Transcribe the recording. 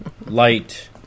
light